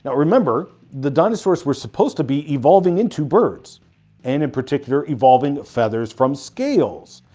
but remember, the dinosaurs were supposed to be evolving into birds and in particular, evolving feathers from scales.